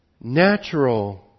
natural